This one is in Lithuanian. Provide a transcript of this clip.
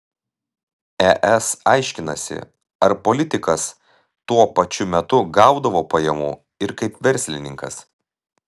es aiškinasi ar politikas tuo pačiu metu gaudavo pajamų ir kaip verslininkas